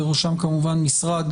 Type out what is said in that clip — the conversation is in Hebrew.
ובראשם כמובן משרד